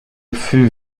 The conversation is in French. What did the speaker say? fut